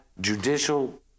judicial